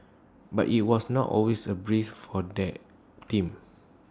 but IT was not always A breeze for their team